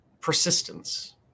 Persistence